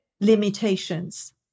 limitations